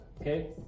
Okay